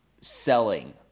selling